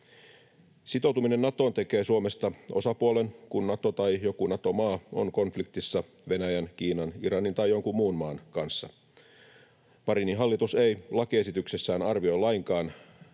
Sitoutuminen Natoon tekee Suomesta osapuolen, kun Nato tai joku Nato-maa on konfliktissa Venäjän, Kiinan, Iranin tai jonkun muun maan kanssa. Marinin hallitus ei lakiesityksessään arvioi lainkaan